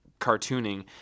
cartooning